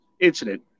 incident